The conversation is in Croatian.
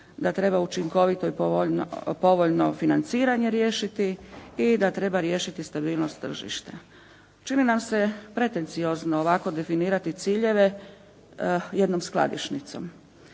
da treba učinkovito i povoljno financiranje riješiti i da treba riješiti stabilnost tržišta čime nastoje pretenciozno ovako definirati ciljeve jednom skladišnicom.